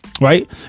right